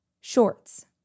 shorts